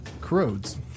corrodes